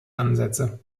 ansätze